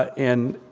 and,